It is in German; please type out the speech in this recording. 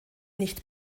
nicht